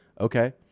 okay